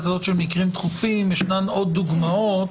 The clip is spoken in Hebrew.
הזאת של מקרים דחופים יש עוד דוגמאות